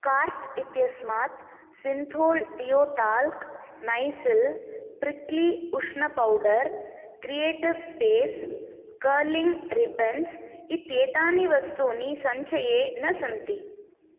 cart इत्यस्मात् Cinthol deo talc Nycil prickly उष्णपौडर् creative space curling ribbons इत्येतानि वस्तूनि सञ्चये न सन्ति